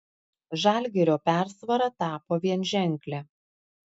žalgirio persvara tapo vienženklė